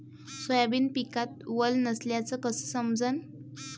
Soybean पिकात वल नसल्याचं कस समजन?